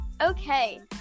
Okay